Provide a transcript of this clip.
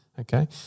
Okay